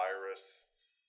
virus